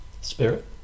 Spirit